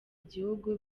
igihugu